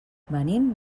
venim